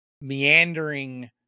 meandering